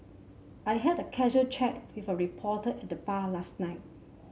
I had a casual chat with a reporter at the bar last night